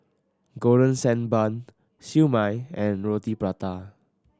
Golden Sand Bun Siew Mai and Roti Prata